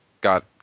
got